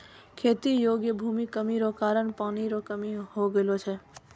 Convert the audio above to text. खेती योग्य भूमि कमी रो कारण पानी रो कमी हो गेलौ छै